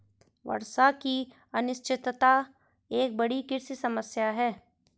वर्षा की अनिश्चितता एक बड़ी कृषि समस्या है